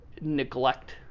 neglect